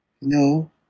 no